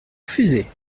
refusez